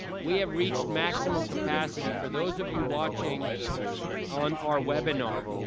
we have reached maximum capacity. for those of you watching on our webinar.